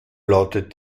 lautet